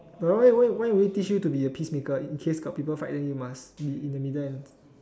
wait wait why why would it teach you to be a peacemaker in case got people fight then you must be in the